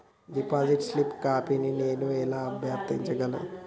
Deposit slip కాపీని నేను ఎలా అభ్యర్థించగలను?